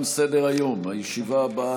חוק ומשפט לשם הכנתה לקריאה השנייה והשלישית.